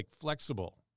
flexible